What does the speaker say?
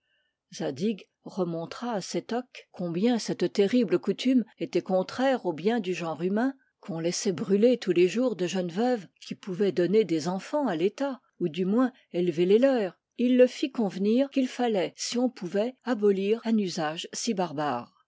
remontra à sétoc combien cette horrible coutume était contraire au bien du genre humain qu'on laissait brûler tous les jours de jeunes veuves qui pouvaient donner des enfants à l'état ou du moins élever les leurs et il le fit convenir qu'il fallait si on pouvait abolir un usage si